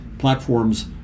platforms